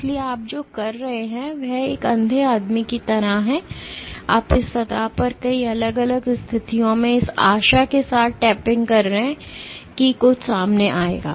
इसलिए आप जो कर रहे हैं वह एक अंधे आदमी की तरह है आप इस सतह पर कई अलग अलग स्थितियों में इस आशा के साथ tapping कर रहे हैं कि कुछ सामने आएगा